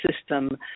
system